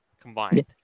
combined